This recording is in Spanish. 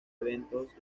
eventos